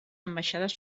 ambaixades